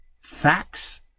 facts